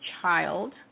child